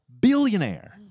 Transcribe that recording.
billionaire